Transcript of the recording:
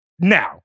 Now